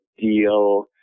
deal